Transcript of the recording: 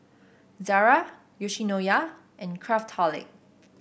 Zara Yoshinoya and Craftholic